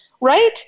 right